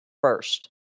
first